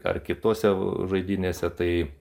ar kitose žaidynėse tai